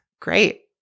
Great